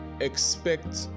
expect